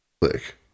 Click